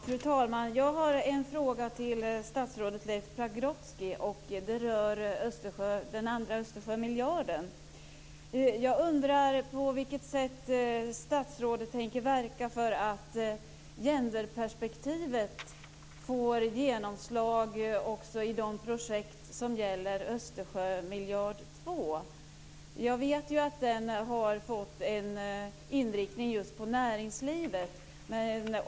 Fru talman! Jag har en fråga till statsrådet Leif Pagrotsky. Den rör den andra Östersjömiljarden. Jag undrar på vilket sätt statsrådet tänker verka för att gender-perspektivet ska få genomslag också i de projekt som gäller Östersjömiljard nr 2. Jag vet ju att den har fått en inriktning just på näringslivet.